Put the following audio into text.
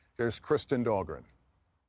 here is kristin dahlgren.